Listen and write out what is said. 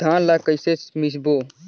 धान ला कइसे मिसबो?